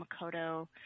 Makoto